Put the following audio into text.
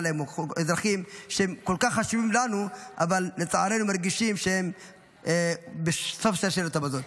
אזרחים שהם כל כך חשובים לנו אבל לצערנו מרגישים שהם בסוף שרשרת המזון.